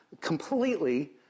completely